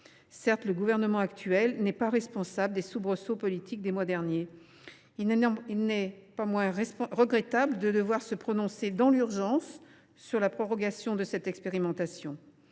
Certes, le gouvernement actuel n’est pas responsable des soubresauts politiques des mois derniers, mais il n’en est pas moins regrettable de devoir se prononcer dans l’urgence sur la prorogation de cette expérimentation.